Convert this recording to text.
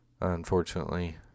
unfortunately